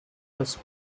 was